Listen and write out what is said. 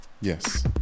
Yes